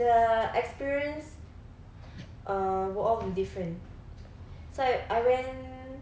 the experience uh were all different so I went